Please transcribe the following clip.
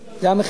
זה המחיר.